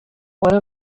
one